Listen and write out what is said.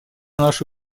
наши